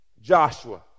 Joshua